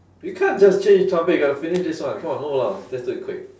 we can't just change topic we got to finish this one come on move along just do it quick